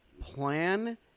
plan